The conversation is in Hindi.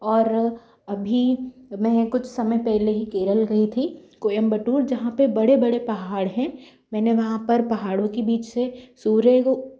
और अभी मैं कुछ समय पहले ही केरल गई थी कोयम्बटूर जहाँ पर बड़े बड़े पहाड़ हैं मैंने वहाँ पर पहाड़ों की बीच से सूर्य को